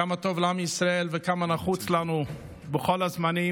כמה טוב לעם ישראל וכמה נחוץ לנו בכל הזמנים,